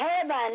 heaven